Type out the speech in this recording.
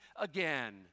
again